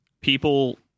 people